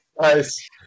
Nice